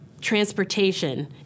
transportation